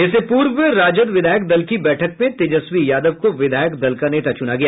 इससे पूर्व राजद विधायक दल की बैठक में तेजस्वी यादव को विधायक दल का नेता चुना गया